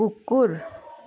कुकुर